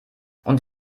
und